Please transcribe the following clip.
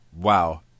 wow